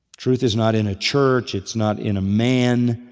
truth is not in a church, it's not in a man,